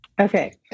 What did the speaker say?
okay